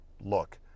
look